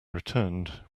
returned